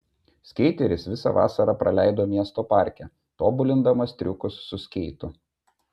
skeiteris visą vasarą praleido miesto parke tobulindamas triukus su skeitu